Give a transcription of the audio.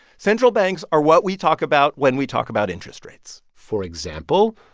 central banks are what we talk about when we talk about interest rates for example,